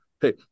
hey